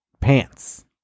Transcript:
pants